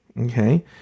Okay